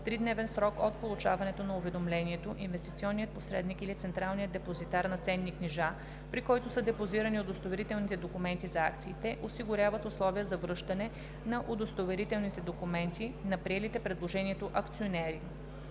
3-дневен срок от получаването на уведомлението инвестиционният посредник или централният депозитар на ценни книжа, при който са депозирани удостоверителните документи за акциите, осигуряват условия за връщане на удостоверителните документи на приелите предложението акционери.“